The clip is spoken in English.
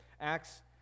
Acts